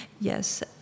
yes